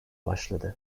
başladı